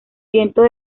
cientos